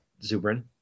Zubrin